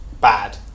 bad